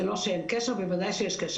זה לא שאין קשר, בוודאי שיש קשר.